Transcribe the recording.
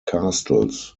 castles